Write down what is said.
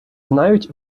знають